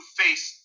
face